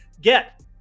get